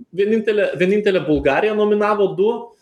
vienintelė vienintelė bulgarija nominavo du